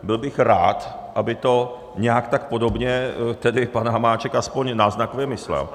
Byl bych rád, aby to nějak tak podobně tedy pan Hamáček aspoň náznakově myslel.